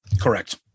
Correct